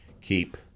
keep